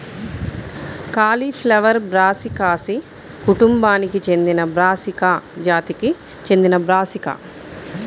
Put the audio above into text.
cauliflower Brassicaceae కుటుంబానికి చెందినబ్రాసికా జాతికి చెందినబ్రాసికా